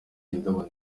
indabo